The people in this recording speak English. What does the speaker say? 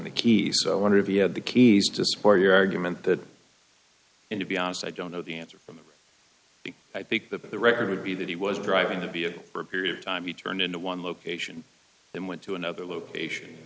the key so i wonder if he had the keys to support your argument that and to be honest i don't know the answer i think that the record would be that he was driving the vehicle for a period of time he turned into one location and went to another location